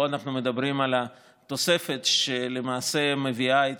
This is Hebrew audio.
ופה אנחנו מדברים על תוספת שלמעשה מביאה את